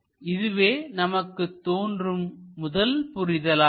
இதுவே நமக்குத் தோன்றும் முதல் புரிதலாகும்